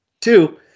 Two